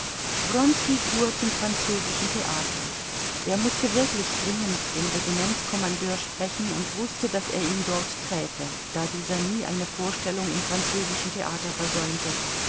fuhr zum französischen theater er mußte wirklich dringend den regimentskommandeur sprechen und wußte daß er ihn dort träfe da dieser nie eine vorstellung im französischen theater versäumte